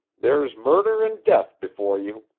there's murder and death before you.